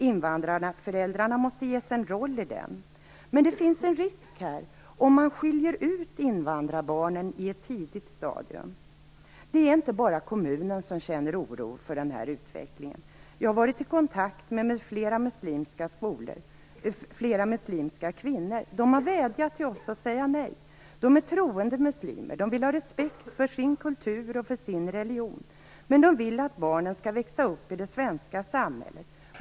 Invandrarföräldrarna måste ges en roll i den. Men det finns en risk om man skiljer ut invandrarbarnen i ett tidigt stadium. Det är inte bara kommunen som känner oro för den här utvecklingen. Jag har varit i kontakt med flera muslimska kvinnor. De har vädjat till oss att säga nej. De är troende muslimer, de vill ha respekt för sin kultur och för sin religion, men de vill att barnen skall växa upp i det svenska samhället.